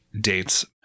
dates